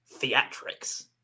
theatrics